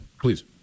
please